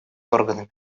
органами